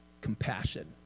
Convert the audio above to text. compassion